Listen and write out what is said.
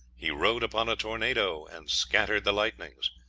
he rode upon a tornado, and scattered the lightnings.